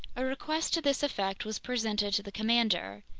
a request to this effect was presented to the commander.